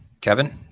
Kevin